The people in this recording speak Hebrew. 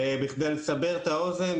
בכדי לסבר את האוזן,